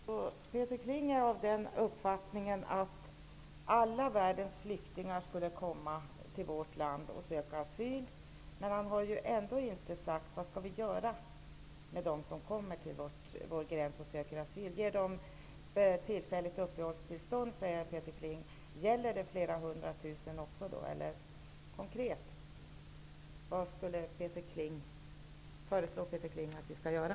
Herr talman! Peter Kling är av den uppfattningen att alla världens flyktingar skulle komma till vårt land och söka asyl. Men han har ändå inte sagt vad vi skall göra med dem som kommer till vår gräns och söker asyl. Ge dem tillfälligt uppehållstillstånd, säger Peter Kling. Gäller det flera hundra tusen också då? Konkret -- vad föreslår Peter Kling att vi skall göra?